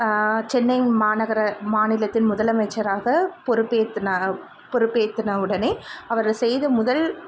சென்னை மாநகர மாநிலத்தின் முதலமைச்சராக பொறுப்பேற்றுன அவ் பொறுப்பேற்றுன உடனே அவர் செய்த முதல்